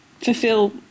fulfill